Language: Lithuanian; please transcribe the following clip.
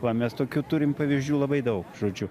va mes tokių turim pavyzdžių labai daug žodžiu